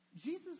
Jesus